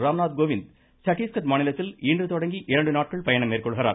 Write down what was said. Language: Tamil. ராம்நாத் கோவிந்த் சட்டீஸ்கர் மாநிலத்தில் இன்று தொடங்கி இரண்டுநாட்கள் பயணம் மேற்கொள்கிறார்